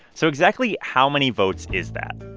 so exactly how many votes is that?